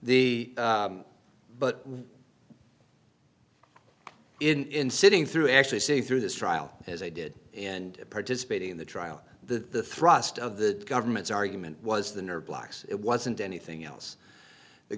the but in sitting through actually say through this trial as i did in participating in the trial the thrust of the government's argument was the nerve blocks it wasn't anything else the